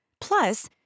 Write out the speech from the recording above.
Plus